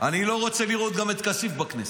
אני לא רוצה לראות גם את כסיף בכנסת.